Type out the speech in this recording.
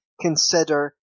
consider